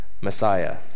Messiah